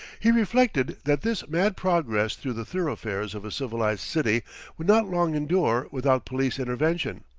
he reflected that this mad progress through the thoroughfares of a civilized city would not long endure without police intervention.